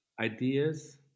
ideas